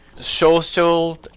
Social